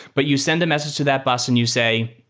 but you send a message to that bus and you say,